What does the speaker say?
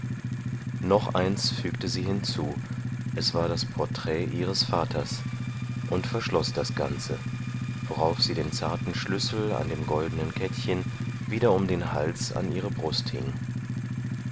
noch eins fügte sie hinzu es war das porträt ihres vaters und verschloß das ganze worauf sie den zarten schlüssel an dem goldnen kettchen wieder um den hals an ihre brust hing